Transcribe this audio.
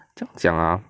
怎么样讲 ah